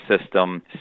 system